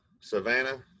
Savannah